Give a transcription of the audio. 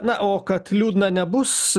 na o kad liūdna nebus